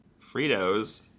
Fritos